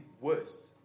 worst